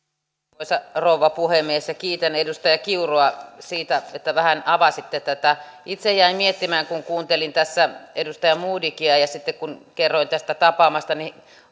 arvoisa rouva puhemies kiitän edustaja kiurua siitä että vähän avasitte tätä itse jäin miettimään kun kuuntelin tässä edustaja modigia ja ja sitten kun kerroin tästä tapaamastani